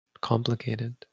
complicated